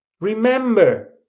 remember